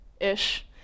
Ish